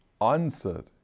Answered